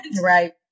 Right